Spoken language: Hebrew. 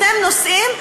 אתם נוסעים,